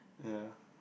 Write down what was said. yeah